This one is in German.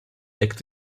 deckt